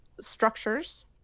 structures